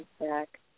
back